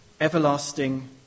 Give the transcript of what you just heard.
Everlasting